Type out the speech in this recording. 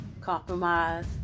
compromise